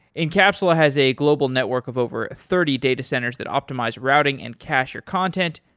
incapsula has a global network of over thirty data centers that optimize routing and cache your content.